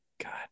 god